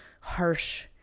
harsh